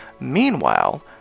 Meanwhile